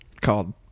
Called